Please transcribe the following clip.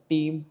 Team